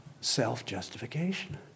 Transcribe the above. self-justification